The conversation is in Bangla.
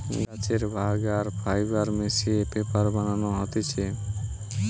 গাছের ভাগ আর ফাইবার মিশিয়ে পেপার বানানো হতিছে